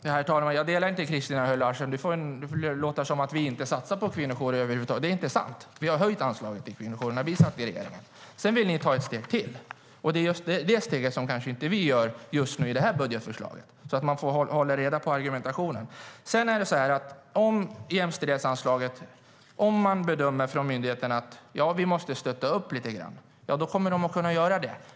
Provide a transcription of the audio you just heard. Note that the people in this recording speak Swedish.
Herr talman! Jag håller inte med Christina Höj Larsen. Du får det att låta som att vi inte satsar på kvinnojourer över huvud taget. Det är inte sant. Vi höjde anslagen till kvinnojourerna när vi satt i regeringen. Sedan är det så här när det gäller jämställdhetsanslaget. Om man från myndigheten bedömer att man måste stötta upp lite grann kommer man att kunna göra det.